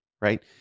right